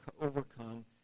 overcome